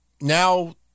now